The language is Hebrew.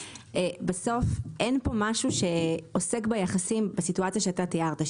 בסוף אין פה משהו שעוסק ביחסים בסיטואציה שאתה תיארת,